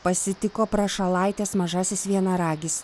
pasitiko prašalaitės mažasis vienaragis